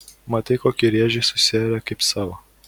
matai kokį rėžį susiarė kaip savo